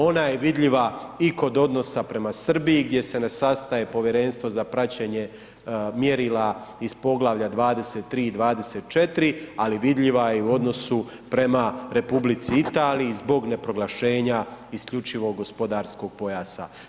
Ona je vidljiva i kod odnosa prema Srbiji gdje se ne sastaje Povjerenstvo za praćenje mjerila iz Poglavlja 23. i 24., ali vidljiva je i u odnosu prema Republici Italiji zbog ne proglašenja isključivog gospodarskog pojasa.